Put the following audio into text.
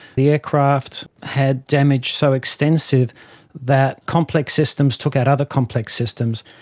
the aircraft had damage so extensive that complex systems took out other complex systems.